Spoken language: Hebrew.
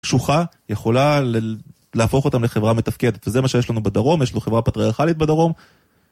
שוחה יכולה להפוך אותם לחברה מתפקדת וזה מה שיש לנו בדרום יש לו חברה פטריארכלית בדרום.